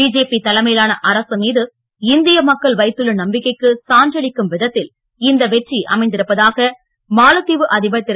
BJP தலைமையிலான அரசு மீது இந்திய மக்கள் வைத்துள்ள நம்பிக்கைக்கு சான்றளிக்கும் விதத்தில் இந்த வெற்றி அமைந்திருப்பதாக மாலத்தீவு அதிபர் திரு